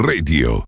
Radio